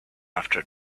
after